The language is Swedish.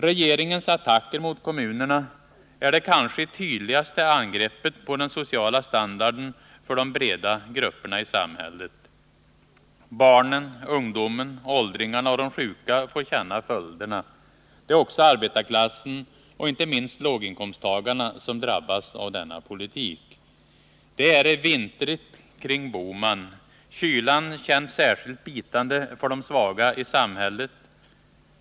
Regeringens attacker mot kommunerna är det kanske tydligaste angreppet på den sociala standarden för de breda grupperna i samhället. Barnen, ungdomen, åldringarna och de sjuka får känna följderna. Det är också arbetarklassen, och inte minst låginkomsttagarna, som drabbas av denna politik. Det är vintrigt kring Gösta Bohman. Kylan känns särskilt bitande för de svaga i samhället.